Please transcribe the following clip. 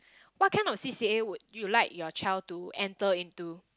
what kind of C_C_A would you like your child to enter into